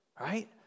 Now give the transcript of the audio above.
right